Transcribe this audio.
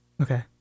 Okay